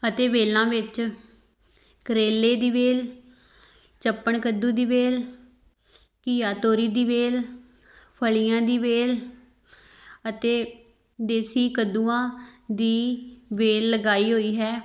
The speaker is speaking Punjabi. ਅਤੇ ਵੇਲਾਂ ਵਿੱਚ ਕਰੇਲੇ ਦੀ ਵੇਲ ਚੱਪਣ ਕੱਦੂ ਦੀ ਵੇਲ ਘੀਆ ਤੋਰੀ ਦੀ ਵੇਲ ਫਲੀਆਂ ਦੀ ਵੇਲ ਅਤੇ ਦੇਸੀ ਕੱਦੂਆਂ ਦੀ ਵੇਲ ਲਗਾਈ ਹੋਈ ਹੈ